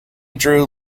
drew